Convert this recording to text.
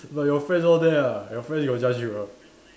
like your friends all there ah your friends got judge ah